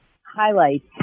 highlights